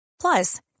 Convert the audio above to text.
Plus